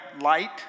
light